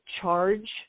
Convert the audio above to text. charge